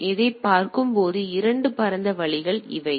எனவே இதைப் பார்க்கும் 2 பரந்த வழிகள் இவை